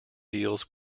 deals